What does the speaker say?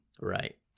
Right